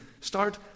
start